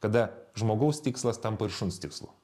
kada žmogaus tikslas tampa ir šuns tikslu